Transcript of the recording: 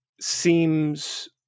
seems